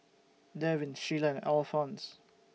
Devin Shiela and Alphons